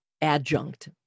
adjunct